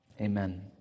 Amen